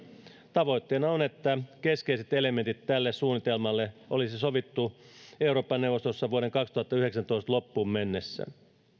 tavoitteena on että keskeiset elementit tälle suunnitelmalle olisi sovittu eurooppa neuvostossa vuoden kaksituhattayhdeksäntoista loppuun mennessä